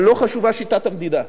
אבל לא חשובה שיטת המדידה.